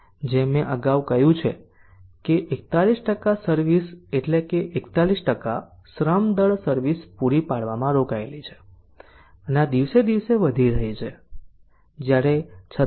જેમ મેં અગાઉ કહ્યું છે કે 41 સર્વિસ એટલેકે 41 શ્રમ દળ સર્વિસ પૂરી પાડવામાં રોકાયેલી છે અને આ દિવસે દિવસે વધી રહી છે જ્યારે 36